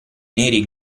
neri